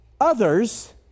others